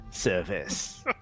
service